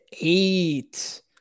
eight